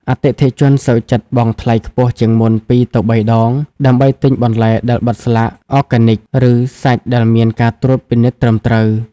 អតិថិជនសុខចិត្តបង់ថ្លៃខ្ពស់ជាងមុន ២ ទៅ ៣ ដង ដើម្បីទិញបន្លែដែលបិទស្លាក "Organic" ឬសាច់ដែលមានការត្រួតពិនិត្យត្រឹមត្រូវ។